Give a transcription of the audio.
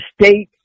state